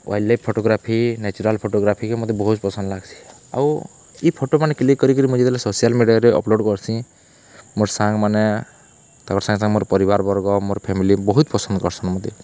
wild life photography natural ଫଟୋଗ୍ରାଫିକେ ମତେ ବହୁତ୍ ପସନ୍ଦ୍ ଲାଗ୍ସି ଆଉ ଇ ଫଟୋମାନେ କ୍ଲିକ୍ କରିକିରି ମୁଇଁ ଯେତେବେଲେ ସୋସିଆଲ୍ ମିଡ଼ିଆରେ ଅପ୍ଲୋଡ଼୍ କର୍ସି ମୋର୍ ସାଙ୍ଗ୍ମାନେ ତାଙ୍କର୍ ସାଙ୍ଗେ ସାଙ୍ଗେ ମୋର୍ ପରିବାର୍ ବର୍ଗ ମୋର୍ ଫ୍ୟାମିଲି ବହୁତ୍ ପସନ୍ଦ୍ କର୍ସନ୍ ମତେ